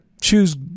choose